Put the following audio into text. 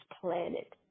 planet